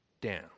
down